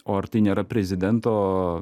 o ar tai nėra prezidento